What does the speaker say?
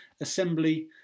assembly